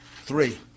three